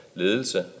ledelse